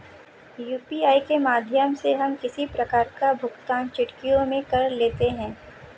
UPI के माध्यम से हम किसी प्रकार का भुगतान चुटकियों में कर लेते हैं